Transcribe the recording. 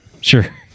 sure